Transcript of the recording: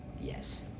Yes